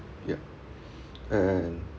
ya and